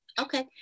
Okay